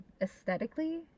aesthetically